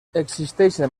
existeixen